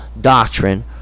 doctrine